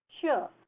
Sure